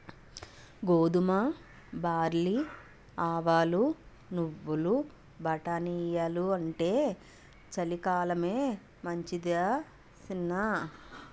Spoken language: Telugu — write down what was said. గోధుమ, బార్లీ, ఆవాలు, నువ్వులు, బటానీలెయ్యాలంటే చలికాలమే మంచిదరా సిన్నా